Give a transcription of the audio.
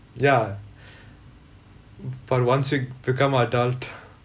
ya but once you become adult